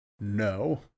No